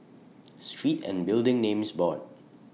Street and Building Names Board